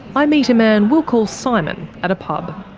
i meet a man we'll call simon at a pub.